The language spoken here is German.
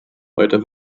weiter